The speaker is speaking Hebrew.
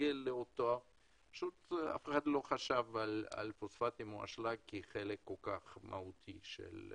אף אחד לא חשב על פוספטים או אשלג כחלק כל כך מהותי.